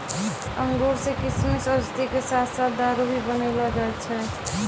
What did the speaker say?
अंगूर सॅ किशमिश, औषधि के साथॅ साथॅ दारू भी बनैलो जाय छै